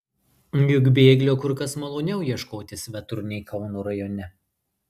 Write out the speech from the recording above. juk bėglio kur kas maloniau ieškoti svetur nei kauno rajone